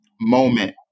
moment